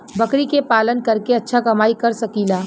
बकरी के पालन करके अच्छा कमाई कर सकीं ला?